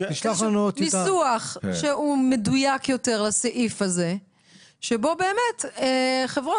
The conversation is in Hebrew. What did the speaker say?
ניסוח שהוא מדויק יותר לסעיף הזה שבו באמת חברות